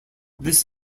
this